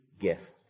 gift